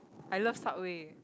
I love subway